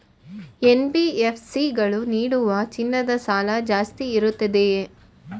NBFC ಗಳು ನೀಡುವ ಚಿನ್ನದ ಸಾಲ ಜಾಸ್ತಿ ಇರುತ್ತದೆಯೇ?